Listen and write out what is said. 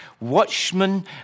watchmen